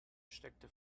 steckte